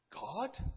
God